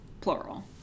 plural